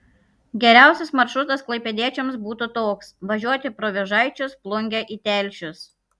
geriausias maršrutas klaipėdiečiams būtų toks važiuoti pro vėžaičius plungę į telšius